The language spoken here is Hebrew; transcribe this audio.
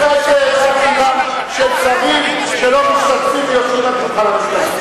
אחרי זה חקירה של שרים שלא משתתפים ויושבים ליד שולחן הממשלה.